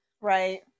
right